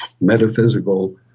metaphysical